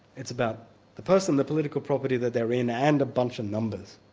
it's about the person, the political property that they're in, and a bunch of numbers